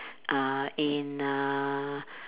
uh in uh